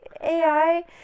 AI